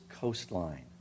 coastline